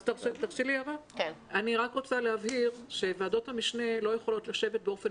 אני רק רוצה להבהיר שוועדות המשנה לא יכולות לשבת באופן